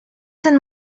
ten